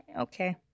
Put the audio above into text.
Okay